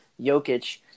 Jokic